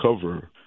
cover